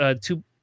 Two